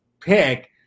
pick